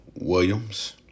Williams